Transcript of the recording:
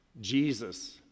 Jesus